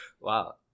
wow